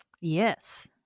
Yes